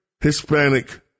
Hispanic